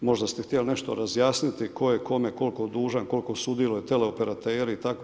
Možda ste htjeli nešto razjasniti, tko je kome i koliko dužan, koliko sudjeluje teleoperatera i tako.